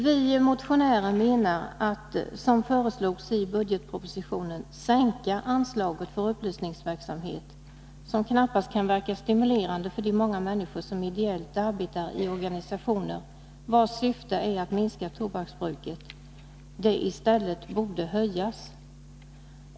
Vi motionärer menar att man borde höja anslaget för upplysningsverksamhet i stället för att, som föreslagits i budgetpropositionen, sänka det. En sänkning kan knappast verka stimulerande för alla de människor som ideellt arbetar i organisationer, vilkas syfte är att minska tobaksbruket.